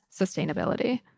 sustainability